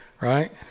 Right